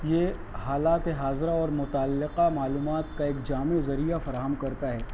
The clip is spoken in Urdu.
یہ حالات حاضرہ اور متعلقہ معلومات کا ایک جامع ذریعہ فراہم کرتا ہے